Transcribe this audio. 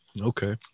Okay